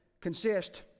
consist